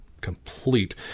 complete